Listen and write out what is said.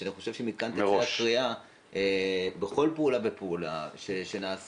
שאני חושב שמכאן תצא הקריאה בכל פעולה ופעולה שנעשית,